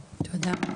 תודה.